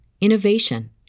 innovation